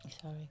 Sorry